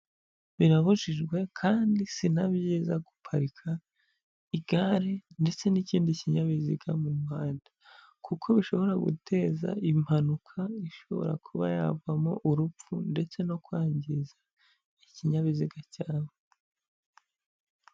Birabujijwe kandi si byiza guparika igare ndetse n'ikindi kinyabiziga mu muhanda kuko bishobora guteza impanuka ishobora kuba yavamo urupfu ndetse no kwangiza ikinyabiziga cyawe.